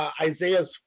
Isaiah's